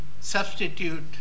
substitute